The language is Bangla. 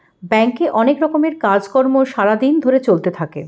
ব্যাংকে অনেক রকমের কাজ কর্ম সারা দিন ধরে চলতে থাকে